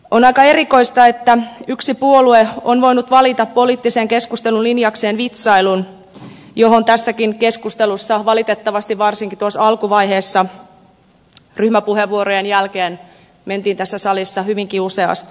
on aika erikoista että yksi puolue on voinut valita poliittisen keskustelun linjakseen vitsailun johon tässäkin keskustelussa valitettavasti varsinkin tuossa alkuvaiheessa ryhmäpuheenvuorojen jälkeen mentiin tässä salissa hyvinkin useasti